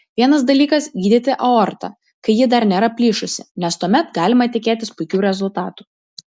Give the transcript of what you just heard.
vienas dalykas gydyti aortą kai ji dar nėra plyšusi nes tuomet galima tikėtis puikių rezultatų